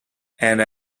and